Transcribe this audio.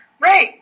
Right